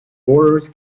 borders